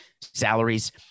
salaries